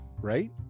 right